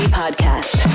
podcast